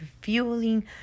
fueling